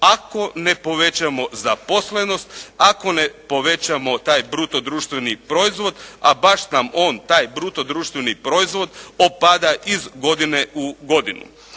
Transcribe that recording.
ako ne povećamo zaposlenost, ako ne povećamo taj bruto društveni proizvod, a baš nam on, taj bruto društveni proizvod opada iz godine u godinu.